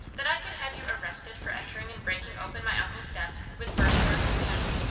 that i could have you arrested for entering and breaking open my uncle's desk with burglarious intent?